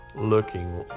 looking